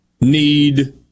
need